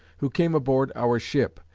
who came aboard our ship,